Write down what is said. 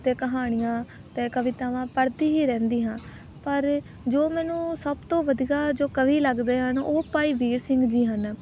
ਅਤੇ ਕਹਾਣੀਆਂ ਅਤੇ ਕਵਿਤਾਵਾਂ ਪੜ੍ਹਦੀ ਹੀ ਰਹਿੰਦੀ ਹਾਂ ਪਰ ਜੋ ਮੈਨੂੰ ਸਭ ਤੋਂ ਵਧੀਆ ਜੋ ਕਵੀ ਲੱਗਦੇ ਹਨ ਉਹ ਭਾਈ ਵੀਰ ਸਿੰਘ ਜੀ ਹਨ